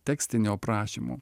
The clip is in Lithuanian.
tekstinio aprašymo